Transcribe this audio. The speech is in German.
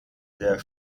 der